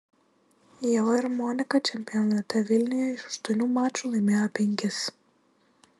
ieva ir monika čempionate vilniuje iš aštuonių mačų laimėjo penkis